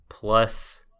Plus